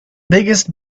biggest